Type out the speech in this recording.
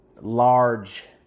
large